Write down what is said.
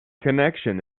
connection